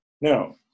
Now